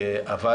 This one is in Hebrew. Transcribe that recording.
אבל